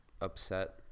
upset